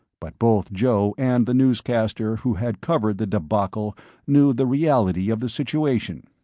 but both joe and the newscaster who had covered the debacle knew the reality of the situation.